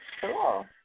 Cool